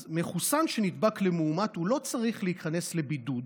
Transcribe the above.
אז מחוסן שנחשף למאומת לא צריך להיכנס לבידוד.